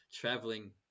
traveling